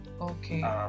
Okay